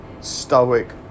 stoic